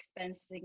expensing